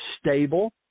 stable